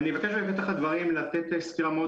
אני אבקש בפתח הדברים לתת סקירה מאוד